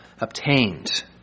obtained